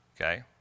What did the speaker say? Okay